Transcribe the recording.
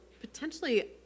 potentially